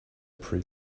pre